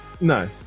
No